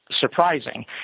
surprising